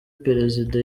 perezida